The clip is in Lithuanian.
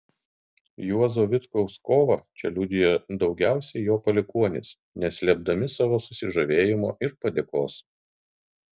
juozo vitkaus kovą čia liudija daugiausiai jo palikuonys neslėpdami savo susižavėjimo ir padėkos